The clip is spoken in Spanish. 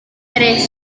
tres